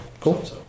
Cool